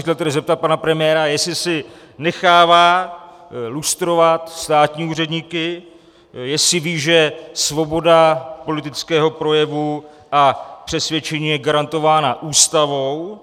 Chtěl bych se tedy zeptat pana premiéra, jestli si nechává lustrovat státní úředníky, jestli ví, že svoboda politického projevu a přesvědčení je garantována Ústavou.